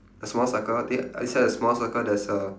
a small circle inside the small circle there's a